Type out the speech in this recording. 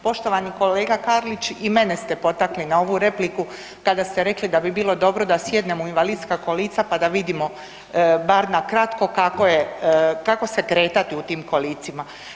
Poštovani kolega Karlić i mene ste potakli na ovu repliku kada ste rekli da bi bilo dobro da sjednemo u invalidska kolica pa da vidimo bar na kratko kako se kretati u tim kolicima.